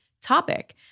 topic